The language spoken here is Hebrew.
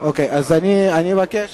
אני מבקש